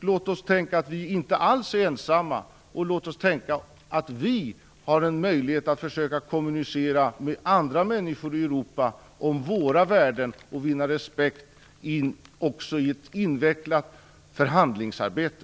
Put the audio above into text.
Låt oss tänka på att vi inte alls är ensamma, och på att vi har en möjlighet att försöka kommunicera våra värden till andra människor i Europa och att vinna respekt för dem - också i ett invecklat förhandlingsarbete.